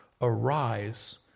Arise